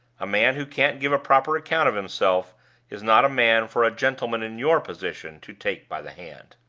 a man who can't give a proper account of himself is not a man for a gentleman in your position to take by the hand.